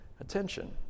attention